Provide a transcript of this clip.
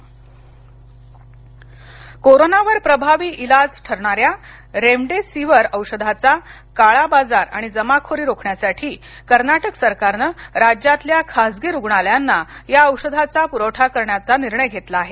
remdesivir कोरोनावर प्रभावी इलाज ठरणाऱ्या रेमेडेसिवर औषधाचा काळाबाजार आणि जमाखोरी रोखण्यासाठी कर्नाटक सरकारने राज्यातल्या खाजगी रुग्णालयांना या औषधाचा पुरवठा करण्याचा निर्णय घेतला आहे